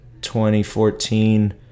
2014